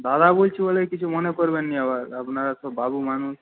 দাদা বলছি বলে কিছু মনে করবেন না আবার আপনারা তো বাবু মানুষ